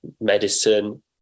medicine